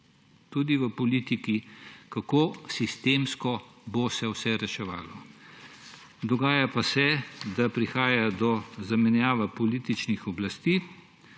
tudi v politiki, kako sistemsko se bo vse reševalo. Dogaja pa se, da prihaja do zamenjave političnih oblasti